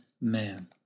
man